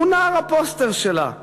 הוא נער הפוסטר שלה.